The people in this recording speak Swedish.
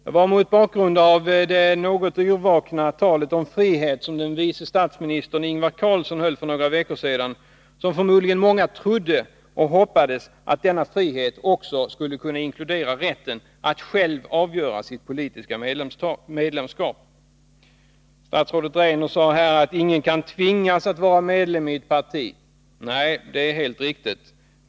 Det var mot bakgrund av det något yrvakna tal om frihet som vice statsministern höll för några veckor sedan som förmodligen många trodde och hoppades att denna frihet också skulle kunna inkludera rätten att själv avgöra sitt politiska medlemskap. Statsrådet Rainer sade här att ingen kan tvingas att vara medlem i ett parti. Nej, det är helt riktigt.